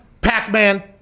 Pac-Man